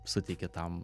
suteiki tam